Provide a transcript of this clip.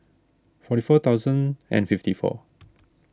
forty four thousand and fifty four